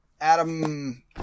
Adam